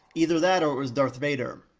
either that or it was darth vader.